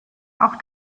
auch